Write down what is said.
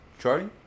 Charlie